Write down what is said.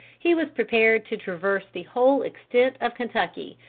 he was prepared to traverse the whole extent of kentucky,